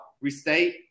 restate